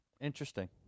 Interesting